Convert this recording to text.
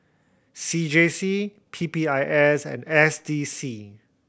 C J C P P I S and S D C